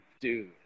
dude